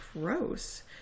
gross